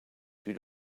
due